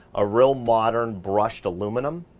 a real modern brushed aluminum